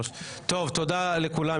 תודה לכולם.